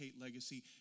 legacy